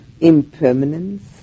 impermanence